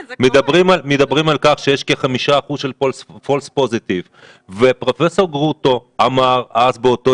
מדברים על כך שיש כ-5% של false positive ופרופ' גרוטו אמר אז באותו